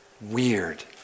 Weird